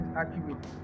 accurate